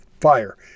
fire